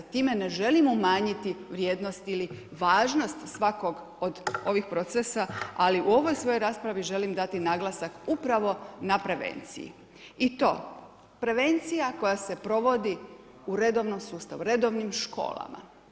Time ne želimo umanjiti vrijednost ili važnost svakog od ovih procesa, ali u ovoj svojoj raspravi želim dati naglasak upravo na prevenciji i to prevencija koja se provodi u redovnom sustavu, redovnim školama.